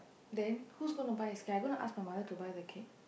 then who's gonna buy I'm not gonna my mother to buy the cake